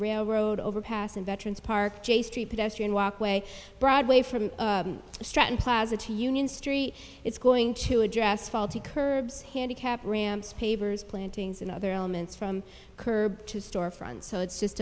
railroad overpass in veterans park j street pedestrian walkway broadway from stratton plaza to union street it's going to address faulty curbs handicapped ramps pavers plantings and other elements from curb to store fronts so it's just